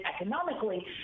economically